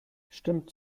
stimmt